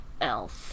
else